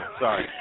Sorry